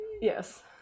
Yes